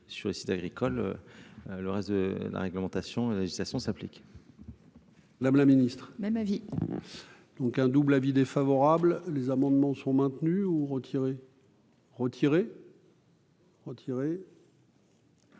sur le site agricole le reste de la réglementation et la législation s'applique. Madame la Ministre même avis. Donc un double avis défavorable, les amendements sont maintenus ou. Retiré. Tirer.